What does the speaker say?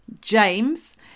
James